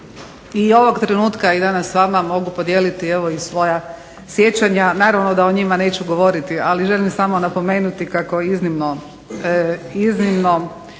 I ovog trenutka i danas s vama mogu podijeliti evo i svoja sjećanja. Naravno da o njima neću govoriti, ali želim samo napomenuti kako iznimno svečano